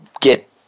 get